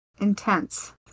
intense